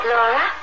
Laura